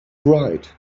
right